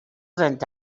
into